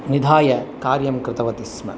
निधाय कार्यं कृतवती स्म